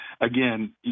again